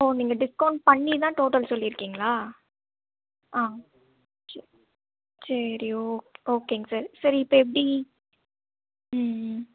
ஓ நீங்கள் டிஸ்க்கவுண்ட் பண்ணி தான் டோட்டல் சொல்லிருக்கிங்ளா சரி ஓகே ஓகேங்க சார் சரி இப்போ எப்படி